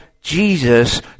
Jesus